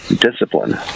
discipline